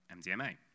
MDMA